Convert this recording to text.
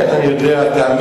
כן, אני יודע.